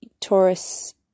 Taurus